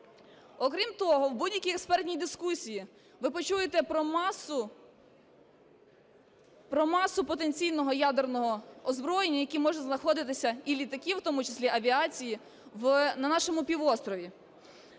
Окрім того, в будь-якій експертній дискусії ви почуєте про масу потенційного ядерного озброєння, яке може знаходитися (і літаки в тому числі, авіація) на нашому півострові.